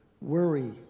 worry